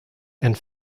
and